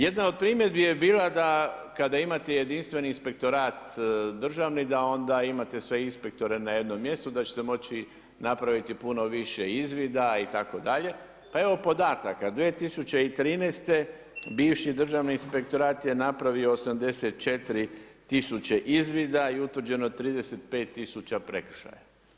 Jedna od primjedbi je bila kada imate jedinstveni inspektorat državni da onda imate sve inspektore na jednom mjestu, da ćete moći napraviti puno više izvida itd., pa evo podataka, 2013. bivši Državni inspektorat je napravio 84 000 izvoda i utvrđeno je 35 000 prekršaja.